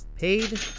Paid